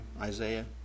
Isaiah